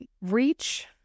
reach